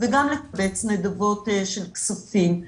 וגם לקבץ נדבות של כספים.